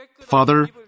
Father